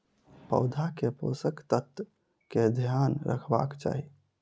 पौधा के पोषक तत्व के ध्यान रखवाक चाही